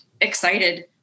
excited